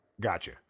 Gotcha